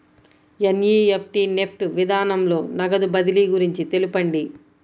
NEFT NEFT విధానంలో నగదు బదిలీ గురించి తెలుపండి?